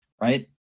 right